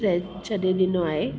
रह छॾे ॾिनो आहे